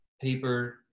paper